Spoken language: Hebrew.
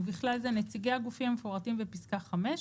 ובכלל זה נציגי הגופים המפורטים בפסקה (5),